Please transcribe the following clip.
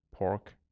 pork